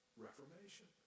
Reformation